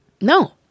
No